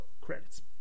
credits